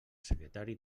secretari